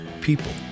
people